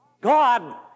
God